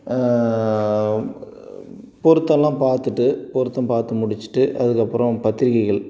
பொருத்தம்லாம் பார்த்துட்டு பொருத்தம் பார்த்து முடிச்சுட்டு அதுக்கப்புறம் பத்திரிக்கைகள்